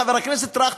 חבר הכנסת טרכטנברג,